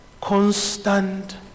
constant